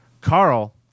carl